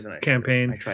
campaign